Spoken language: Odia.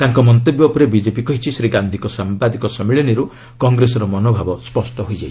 ତାଙ୍କ ମନ୍ତବ୍ୟ ଉପରେ ବିଜେପି କହିଛି ଶ୍ରୀ ଗାନ୍ଧିଙ୍କ ସାମ୍ଭାଦିକ ସମ୍ମିଳନୀରୁ କଂଗ୍ରେସର ମନୋଭାବ ସ୍ୱଷ୍ଟ ହୋଇଯାଇଛି